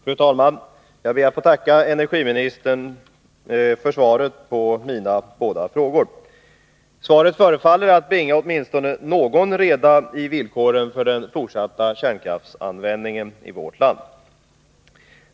Fru talman! Jag ber att få tacka energiministern för svaret på mina båda frågor. Svaret förefaller att bringa åtminstone någon reda beträffande villkoren för den fortsatta kärnkraftsanvändningen i vårt land.